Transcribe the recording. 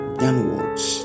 downwards